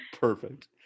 Perfect